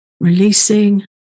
releasing